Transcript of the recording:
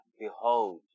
Behold